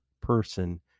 person